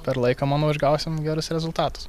per laiką manau išgausim gerus rezultatus